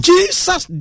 Jesus